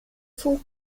full